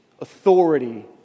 authority